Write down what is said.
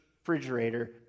refrigerator